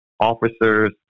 officers